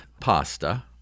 pasta